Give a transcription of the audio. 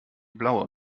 blaue